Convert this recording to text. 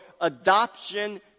adoption